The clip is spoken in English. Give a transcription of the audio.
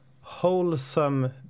wholesome